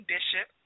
Bishop